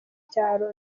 byaro